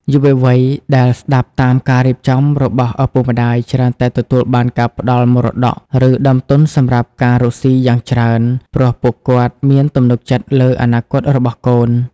យុវវ័យដែលស្ដាប់តាមការរៀបចំរបស់ឪពុកម្ដាយ ច្រើនតែទទួលបានការផ្ដល់មរតក ឬដើមទុនសម្រាប់ការរកស៊ីយ៉ាងច្រើន ព្រោះពួកគាត់មានទំនុកចិត្តលើអនាគតរបស់កូន។